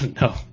No